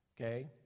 okay